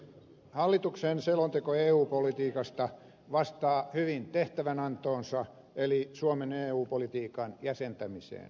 hallituksen selonteko eu politiikasta vastaa hyvin tehtävänantoonsa eli suomen eu politiikan jäsentämiseen